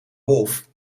wolf